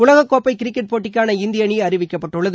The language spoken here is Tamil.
உலகக்கோப்பை கிரிக்கெட் போட்டிக்கான இந்திய அணி அறிவிக்கப்பட்டுள்ளது